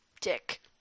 Dick